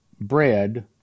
bread